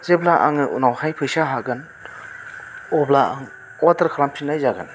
जेब्ला आङो उनावहाय फैसा हागोन अब्ला आं अर्डार खालामफिनाय जागोन